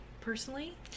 personally